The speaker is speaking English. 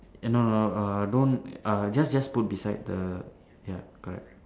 and no no err don't err just just put beside the ya correct